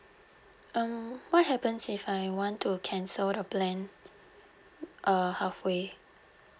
um what happens if I want to cancel the plan err halfway